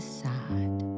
side